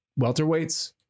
welterweights